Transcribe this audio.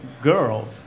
girls